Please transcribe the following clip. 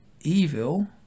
evil